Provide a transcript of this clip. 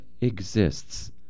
exists